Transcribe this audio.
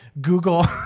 google